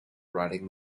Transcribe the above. riding